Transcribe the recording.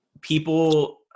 people